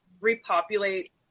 repopulate